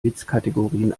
witzkategorien